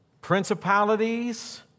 principalities